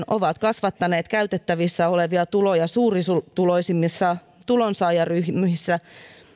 ovat kasvattaneet käytettävissä olevia tuloja suurituloisimmissa tulonsaajaryhmissä